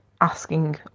asking